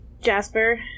Jasper